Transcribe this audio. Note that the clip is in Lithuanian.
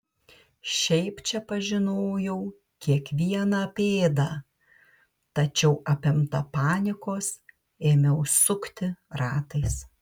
šiaip čia pažinojau kiekvieną pėdą tačiau apimta panikos ėmiau sukti ratais